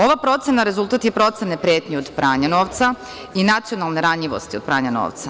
Ova procena rezultat je procene pretnji od pranja novca i nacionalne ranjivosti od pranja novca.